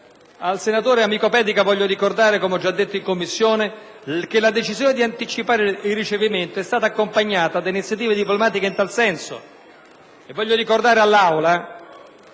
senatore Pedica voglio ricordare, come ho già detto in Commissione, che la decisione di anticipare il recepimento è stata accompagnata da iniziative diplomatiche in tal senso. Ricordo all'Assemblea